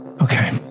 Okay